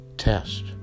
test